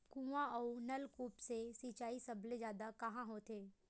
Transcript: कुआं अउ नलकूप से सिंचाई सबले जादा कहां होथे?